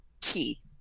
key